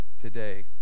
today